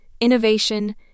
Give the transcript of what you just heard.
innovation